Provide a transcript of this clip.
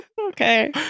Okay